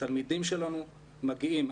תלמידים שלנו מגיעים,